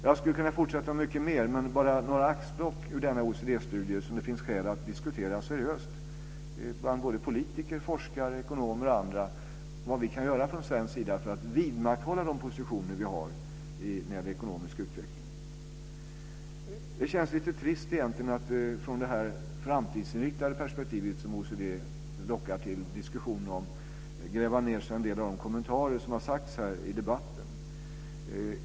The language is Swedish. Jag skulle kunna fortsätta mycket längre, men detta var bara några axplock från denna OECD-studie som det finns skäl att diskutera seriöst bland politiker, forskare, ekonomer och andra för att se vad vi kan göra från svensk sida för att vidmakthålla de positioner vi har i fråga om ekonomisk utveckling. Det känns egentligen lite trist att från det framtidsinriktade perspektiv som OECD lockar till diskussion om gräva ned sig i en del av de kommentarer som har kommit här i debatten.